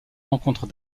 rencontres